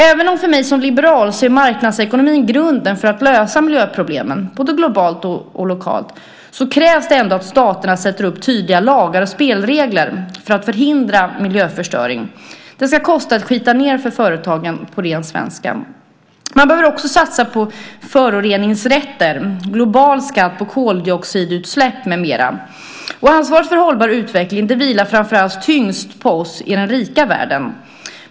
Även om marknadsekonomin, för mig som liberal, är grunden för att lösa miljöproblemen, både globalt och lokalt, krävs det att staterna sätter upp tydliga lagar och spelregler för att förhindra miljöförstöring. Det ska kosta att skita ned för företagen, på ren svenska. Man behöver också satsa på föroreningsrätter, global skatt på koldioxidutsläpp med mera. Ansvaret för hållbar utveckling vilar framför allt tyngst på oss i den rika världen.